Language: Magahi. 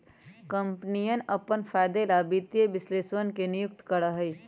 कम्पनियन अपन फायदे ला वित्तीय विश्लेषकवन के नियुक्ति करा हई